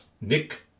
Nick